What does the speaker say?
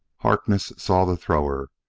harkness saw the thrower.